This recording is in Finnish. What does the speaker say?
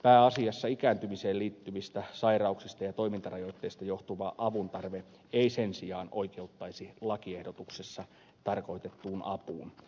pääasiassa ikääntymiseen liittyvistä sairauksista ja toimintarajoitteista johtuva avun tarve ei sen sijaan oikeuttaisi lakiehdotuksessa tarkoitettuun apuun